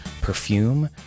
perfume